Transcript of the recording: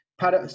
para